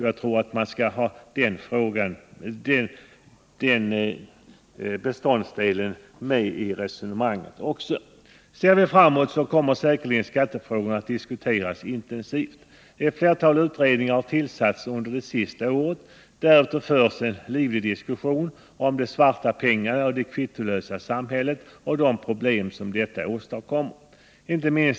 Jag anser att den beståndsdelen också bör finnas med i resonemanget. Ser vi framåt, så kommer säkerligen skattefrågorna att diskuteras intensivt. Ett flertal utredningar har tillsatts under det senaste året. Det har förts en livlig diskussion om de svarta pengarna och det kvittolösa samhället och de problem som detta åstadkommer.